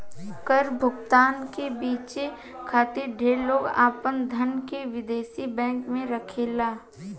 कर भुगतान से बचे खातिर ढेर लोग आपन धन के विदेशी बैंक में रखेला